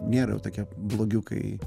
nėra jau tokie blogiukai